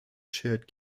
shared